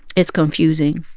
it's confusing,